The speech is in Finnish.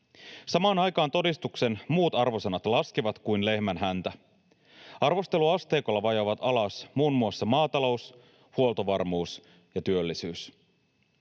Samaan aikaan todistuksen muut arvosanat laskevat kuin lehmän häntä. Arvosteluasteikolla vajoavat alas muun muassa maatalous, huoltovarmuus ja työllisyys.